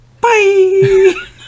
Bye